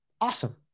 Awesome